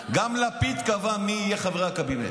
גם לפיד קבע מי יהיה חברי הקבינט.